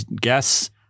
Guess